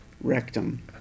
rectum